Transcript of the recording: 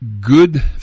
good